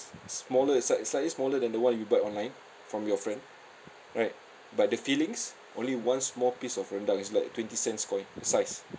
sm~ smaller is like slightly smaller than the one you buy online from your friend right but the filings only one small piece of rendang is like twenty cents coin size